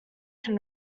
can